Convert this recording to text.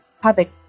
public